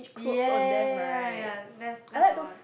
ya ya ya ya that's that's the one